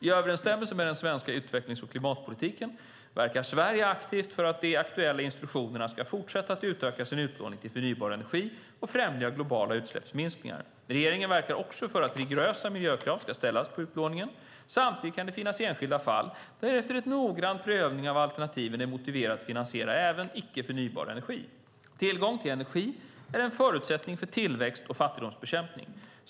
I överensstämmelse med den svenska utvecklings och klimatpolitiken verkar Sverige aktivt för att de aktuella institutionerna ska fortsätta att utöka sin utlåning till förnybar energi och främja globala utsläppsminskningar. Regeringen verkar också för att rigorösa miljökrav ska ställas på utlåningen. Samtidigt kan det finnas enskilda fall där det, efter en noggrann prövning av alternativ, är motiverat att finansiera även icke förnybar energi. Tillgång till energi är en förutsättning för tillväxt och fattigdomsbekämpning.